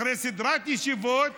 אחרי סדרת ישיבות,